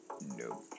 Nope